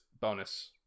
bonus